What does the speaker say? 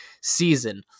season